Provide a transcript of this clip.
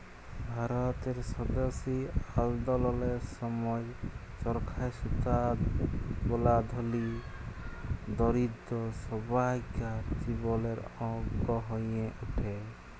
ভারতের স্বদেশী আল্দললের সময় চরখায় সুতা বলা ধলি, দরিদ্দ সব্বাইকার জীবলের অংগ হঁয়ে উঠে